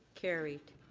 carried.